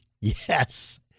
yes